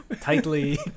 tightly